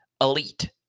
elite